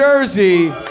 Jersey